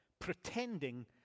pretending